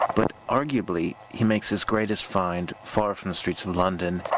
but arguably he makes his greatest find far from the streets in london,